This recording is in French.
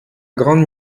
grande